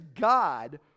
god